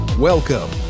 Welcome